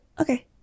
okay